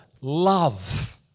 love